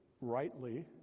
rightly